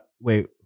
Wait